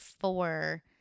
four